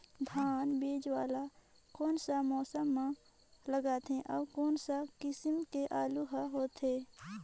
धान बीजा वाला कोन सा मौसम म लगथे अउ कोन सा किसम के आलू हर होथे?